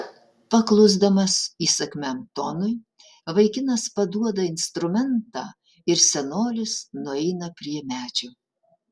paklusdamas įsakmiam tonui vaikinas paduoda instrumentą ir senolis nueina prie medžio